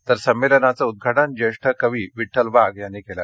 तर संमेलनाचं उदघाटन जेष्ठ कवी विठ्ठल वाघ यांनी केलं